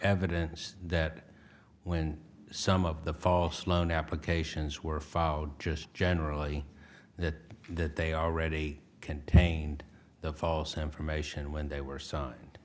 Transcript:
evidence that when some of the false loan applications were filed just generally that they already contained the false information when they were signed